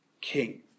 king